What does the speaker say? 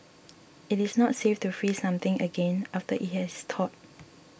it is not safe to freeze something again after it has thawed